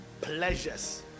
pleasures